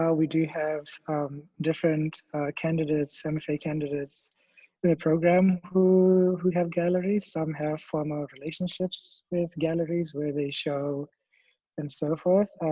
ah we do have different candidates, and mfa candidates in the program who who have galleries, some have former relationships with galleries where they show and so forth.